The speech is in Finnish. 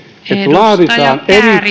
laaditaan